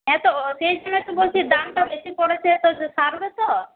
হ্যাঁ তো সেই জন্যেই তো বলছি দামটা বেশি পড়েছে তো সারবে তো